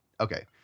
Okay